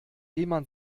jemand